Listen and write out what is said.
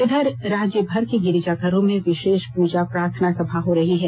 इधर राज्य भर के गिरजा घरों में विशेष पूजा प्रार्थना सभा हो रही है